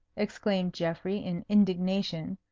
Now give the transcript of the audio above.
exclaimed geoffrey, in indignation.